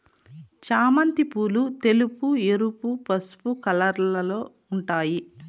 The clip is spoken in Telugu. చామంతి పూలు తెలుపు, ఎరుపు, పసుపు కలర్లలో ఉంటాయి